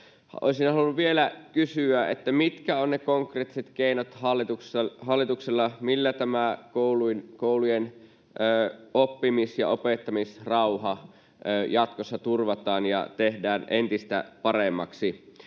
halunnut vielä kysyä, mitkä ovat hallituksella ne konkreettiset keinot, millä tämä koulujen oppimis- ja opettamisrauha jatkossa turvataan ja tehdään entistä paremmaksi.